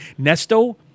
Nesto